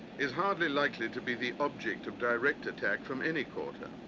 is hardly likely to be the object of direct attack from any quarter,